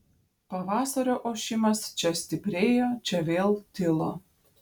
pavasario ošimas čia stiprėjo čia vėl tilo